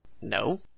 No